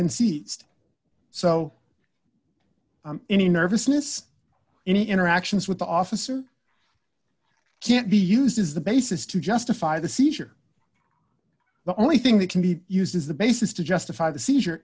been seized so any nervousness in the interactions with the officer can't be used as the basis to justify the seizure the only thing that can be used as the basis to justify the seizure